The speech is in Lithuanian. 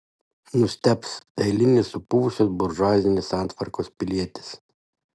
nustebs eilinis supuvusios buržuazinės santvarkos pilietis